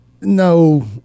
No